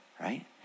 right